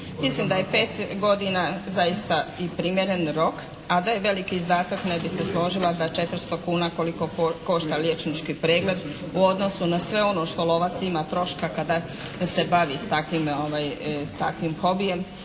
Mislim da je 5 godina zaista i primjeren rok, a da je veliki izdatak ne bih se složila da 400 kuna koliko košta liječnički pregled u odnosu na sve ono što lovac ima, troška, kada se bavi takvim hobijem